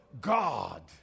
God